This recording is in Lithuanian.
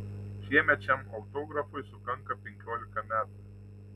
šiemet šiam autografui sukanka penkiolika metų